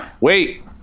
Wait